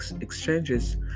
exchanges